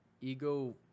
ego